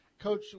Coach